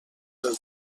del